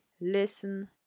listen